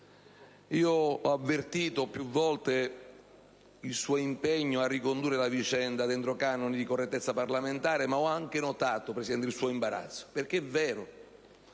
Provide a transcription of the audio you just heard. Ho avvertito più volte il suo impegno a ricondurre la vicenda entro canoni di correttezza parlamentare, ma ho anche notato il suo imbarazzo, perché è vero